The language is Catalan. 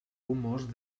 rumors